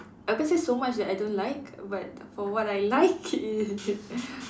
I can't say so much that I don't like but for what I like is